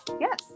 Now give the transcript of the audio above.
yes